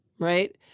Right